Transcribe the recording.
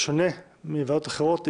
בשונה מוועדות אחרות,